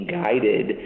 guided